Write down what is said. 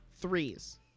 threes